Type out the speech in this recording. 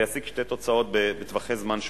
וישיג שתי תוצאות בטווחי זמן שונים.